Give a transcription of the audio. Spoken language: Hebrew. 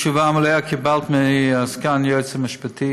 את התשובה המלאה קיבלת מסגן היועץ המשפטי,